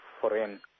foreign